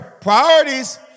priorities